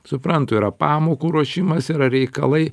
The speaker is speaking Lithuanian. suprantu yra pamokų ruošimas yra reikalai